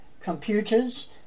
computers